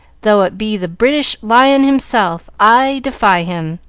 though it be the british lion himself, i defy him.